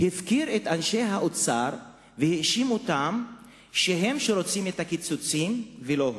והפקיר את אנשי האוצר והאשים אותם שהם שרוצים את הקיצוצים ולא הוא?